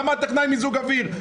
למה טכנאי המיזוג אוויר?